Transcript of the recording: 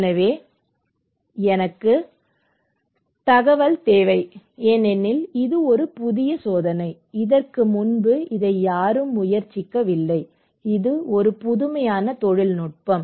எனவே எனக்கு தகவல் தேவை ஏனெனில் இது ஒரு புதிய சோதனை இதற்கு முன்பு யாரும் முயற்சிக்கவில்லை இது ஒரு புதுமையான தொழில்நுட்பம்